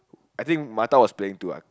I think Mata was playing too what